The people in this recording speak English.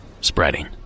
spreading